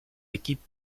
équipes